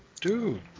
dude